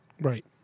Right